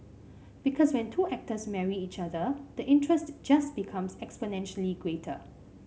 because when two actors marry each other the interest just becomes exponentially greater